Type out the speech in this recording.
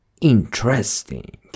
Interesting